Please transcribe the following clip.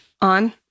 On